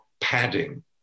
padding